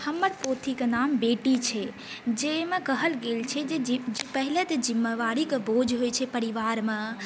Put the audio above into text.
हमर पोथीके नाम बेटी छै जाहिमे कहल गेल छै जे पहिले तऽ जिम्मेवारीके बोझ होइ छै परिवारमे